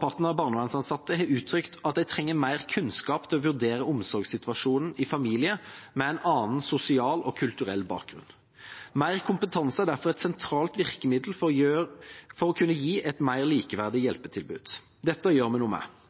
barnevernsansatte har uttrykt at de trenger mer kunnskap for å vurdere omsorgssituasjonen i familier med en annen sosial og kulturell bakgrunn. Mer kompetanse er derfor et sentralt virkemiddel for å kunne gi et mer likeverdig hjelpetilbud. Dette gjør vi noe med.